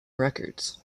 records